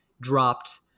dropped